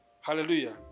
Hallelujah